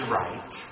right